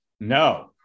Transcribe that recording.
No